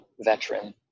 veteran